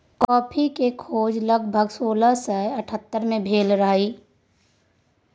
coffee केर खोज लगभग सोलह सय एकहत्तर मे भेल रहई